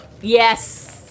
yes